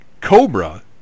cobra